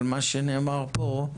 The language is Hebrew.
אבל מה שנאמר פה זה